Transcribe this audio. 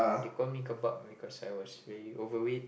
they call me kebab because I was very overweight